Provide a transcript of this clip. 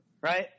right